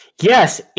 Yes